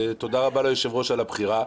ותודה רבה ליושב-ראש על הבחירה.